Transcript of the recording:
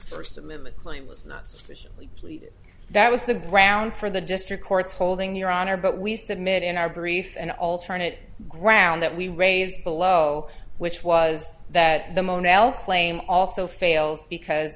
first amendment claim was not sufficiently pleaded that was the ground for the district court's holding your honor but we submit in our brief and alternate ground that we raised below which was that the mon el claim also fails because